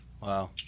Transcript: Wow